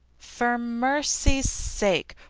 for mercy sake,